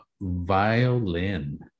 Violin